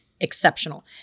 exceptional